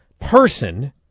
person